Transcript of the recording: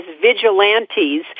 vigilantes